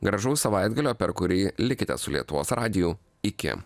gražaus savaitgalio per kurį likite su lietuvos radiju iki